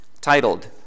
titled